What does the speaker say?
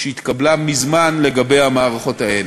שהתקבלה מזמן לגבי המערכות האלה.